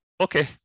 okay